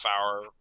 hour